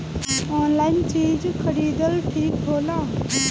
Online चीज खरीदल ठिक होला?